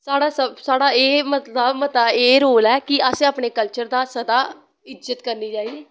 साढ़ा एह् मकलव मता एह् रोल ऐ कि असें अपने कल्चर दा सदा इज्जत करनी चाहिदी